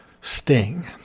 sting